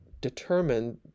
determine